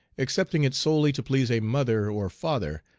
accepting it solely to please a mother, or father,